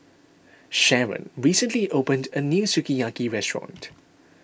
Sharon recently opened a new Sukiyaki restaurant